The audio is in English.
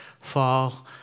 fall